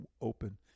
Open